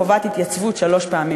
עם חובת התייצבות שלוש פעמים,